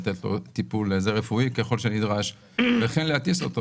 לתת לו טיפול רפואי ככל שנדרש וכן להטיס אותו,